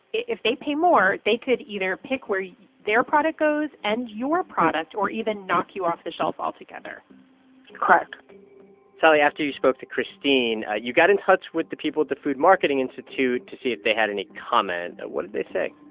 if they pay more, they could either pick where their product goes and your product or even knock you off the shelf altogether correct sally, after you spoke to christine, you got in touch with the people at the food marketing institute to see if they had any comment. what did they say?